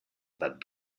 about